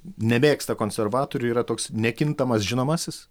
nemėgsta konservatorių yra toks nekintamas žinomasis